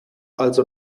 also